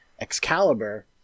Excalibur